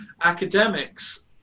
academics